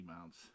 mounts